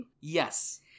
Yes